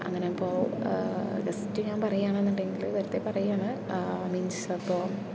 അങ്ങനെ ഇപ്പോൾ ജസ്റ്റ് ഞാൻ പറയുകയാണ് എന്നുണ്ടെങ്കിൽ വെറുതെ പറയുകയാണ് മീൻസ് അപ്പോൾ